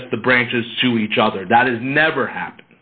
just the branches to each other that is never happened